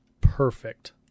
Perfect